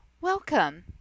welcome